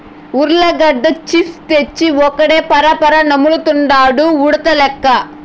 ఉర్లగడ్డ చిప్స్ తెచ్చి ఒక్కడే పరపరా నములుతండాడు ఉడతలెక్క